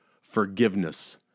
forgiveness